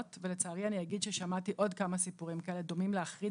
דבר שני שצריך להיות, זה שכמו במערכת